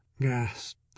gasped